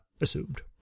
assumed